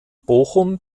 bochum